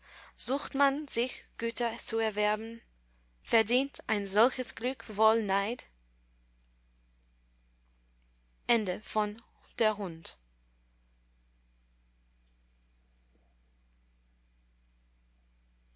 sucht man sich güter zu erwerben verdient ein solches glück wohl neid